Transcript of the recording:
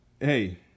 hey